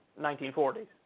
1940s